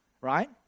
right